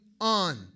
on